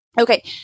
Okay